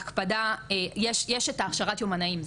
יש את ההכשרה של היומנאים,